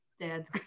dad's